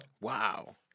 Wow